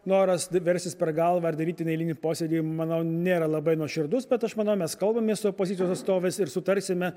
noras versis per galvą daryti neeilinį posėdį manau nėra labai nuoširdus bet aš manau mes kalbamės su opozicijos atstovais ir sutarsime